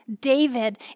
David